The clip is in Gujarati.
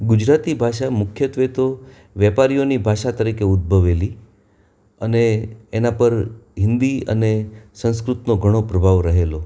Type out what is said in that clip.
ગુજરાતી ભાષા મુખ્યત્વે તો વેપારીઓની ભાષા તરીકે ઉદ્ભવેલી અને એના પર હિન્દી અને સંસ્કૃતનો ઘણો પ્રભાવ રહેલો